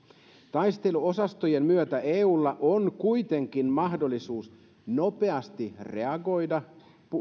taisteluosastojen myötä eulla on kuitenkin mahdollisuus nopeasti reagoida